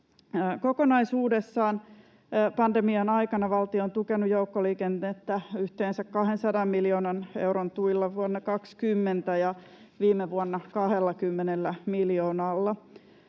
Kokonaisuudessaan pandemian aikana valtio on tukenut joukkoliikennettä yhteensä 200 miljoonan euron tuilla vuonna 2020 ja viime vuonna 20 miljoonalla.